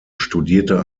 studierte